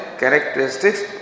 characteristics